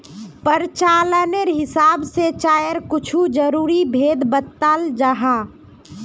प्रचालानेर हिसाब से चायर कुछु ज़रूरी भेद बत्लाल जाहा